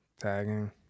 tagging